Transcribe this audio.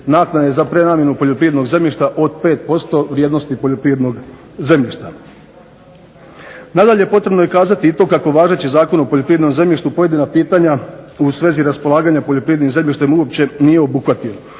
naknade za prenamjenu poljoprivrednog zemljišta od 5% vrijednosti poljoprivrednog zemljišta. Nadalje, potrebno je kazati i to kako važeći Zakon o poljoprivrednom zemljištu pojedina pitanja u svezi raspolaganja poljoprivrednim zemljištem uopće nije obuhvatio,